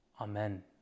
Amen